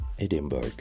Edinburgh